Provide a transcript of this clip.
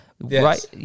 Right